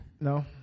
No